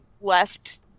left